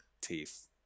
Teeth